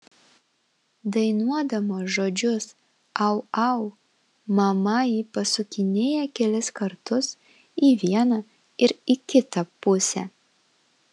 dainuodama žodžius au au mama jį pasukinėja kelis kartus į vieną ir į kitą pusę